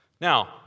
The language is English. Now